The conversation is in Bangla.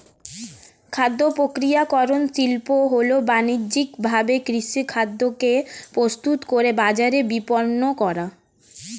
খাদ্যপ্রক্রিয়াকরণ শিল্প হল বানিজ্যিকভাবে কৃষিখাদ্যকে প্রস্তুত করে বাজারে বিপণন করা